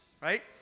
right